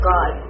God